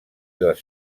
les